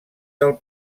del